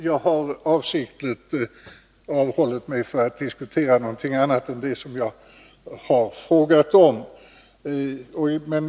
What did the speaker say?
Jag har avsiktligt avhållit mig från att diskutera något annat än det som jag har frågat om.